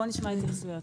בואו נשמע את ההסבר.